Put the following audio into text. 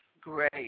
great